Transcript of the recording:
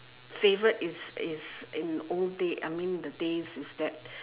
favourite is is in old day I mean the days is that